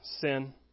sin